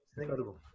Incredible